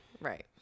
Right